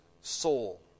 soul